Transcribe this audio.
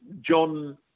John